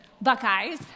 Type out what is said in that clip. Buckeyes